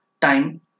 time